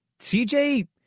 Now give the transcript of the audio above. CJ